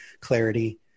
clarity